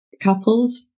couples